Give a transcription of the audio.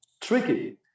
tricky